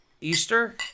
Easter